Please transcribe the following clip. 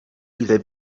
ile